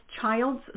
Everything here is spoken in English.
child's